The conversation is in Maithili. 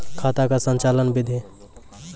खाता का संचालन बिधि?